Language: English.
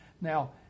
Now